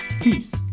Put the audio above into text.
Peace